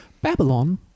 Babylon